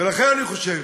ולכן, אני חושב,